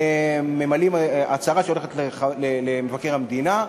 ממלאים הצהרה שהולכת למבקר המדינה,